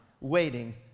waiting